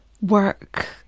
work